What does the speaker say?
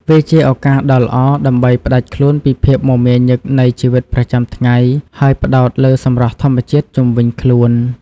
វាជាឱកាសដ៏ល្អដើម្បីផ្តាច់ខ្លួនពីភាពមមាញឹកនៃជីវិតប្រចាំថ្ងៃ ហើយផ្តោតលើសម្រស់ធម្មជាតិជុំវិញខ្លួន។